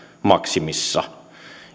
maksimissa